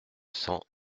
cents